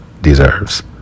deserves